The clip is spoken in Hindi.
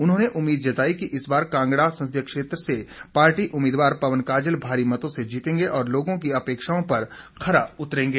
उन्होंने उम्मीद जताई कि इस बार कांगड़ा संसदीय क्षेत्र से पार्टी उम्मीदवार पवन काजल भारी मतों से जीतेंगे और लोगों की अपेक्षाओं पर खरा उतरेंगे